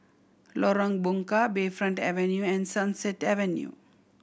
Lorong Bunga Bayfront Avenue and Sunset Avenue